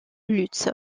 lutz